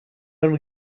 only